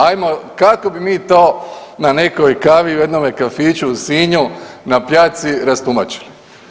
Ajmo kako bi mi to na nekoj kavi u jednome kafiću u Sinju na pjaci rastumačili?